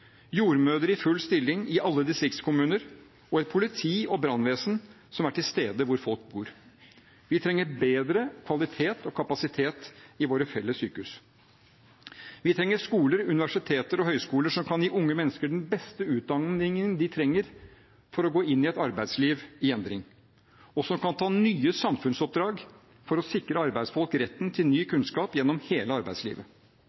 jordmødre i full stilling i alle distriktskommuner og et politi- og brannvesen som er til stede der folk bor. Vi trenger bedre kvalitet og kapasitet i våre felles sykehus. Vi trenger skoler, universiteter og høyskoler som kan gi unge mennesker den beste utdanningen de trenger for å gå inn i et arbeidsliv i endring, og som kan ta nye samfunnsoppdrag for å sikre arbeidsfolk retten til ny